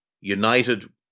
United